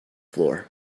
floor